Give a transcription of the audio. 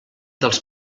dels